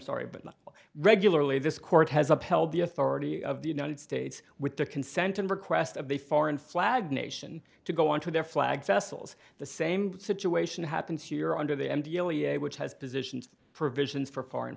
sorry but not regularly this court has upheld the authority of the united states with the consent and request of a foreign flag nation to go into their flag vessels the same situation happens here under the m t l e a which has positions provisions for foreign